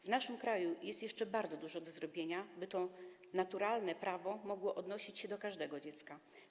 W naszym kraju jest jeszcze bardzo dużo do zrobienia, by to naturalne prawo mogło odnosić się do każdego dziecka.